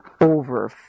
over